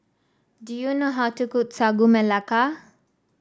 do you know how to cook Sagu Melaka